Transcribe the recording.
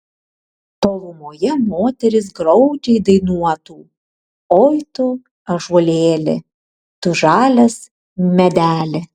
tolumoje moteris graudžiai dainuotų oi tu ąžuolėli tu žalias medeli